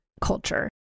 culture